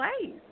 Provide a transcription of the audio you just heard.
ways